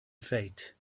fate